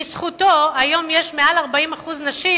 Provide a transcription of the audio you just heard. בזכותו היום יש באולימפיאדות מעל 40% נשים,